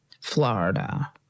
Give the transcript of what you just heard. Florida